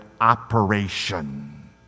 operation